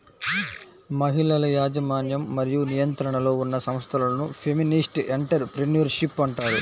మహిళల యాజమాన్యం మరియు నియంత్రణలో ఉన్న సంస్థలను ఫెమినిస్ట్ ఎంటర్ ప్రెన్యూర్షిప్ అంటారు